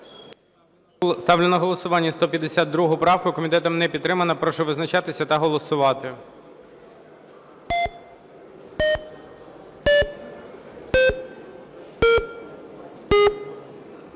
Ставлю на голосування 152 правку. Комітетом не підтримана. Прошу визначатися та голосувати.